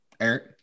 Eric